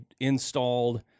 installed